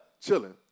Chilling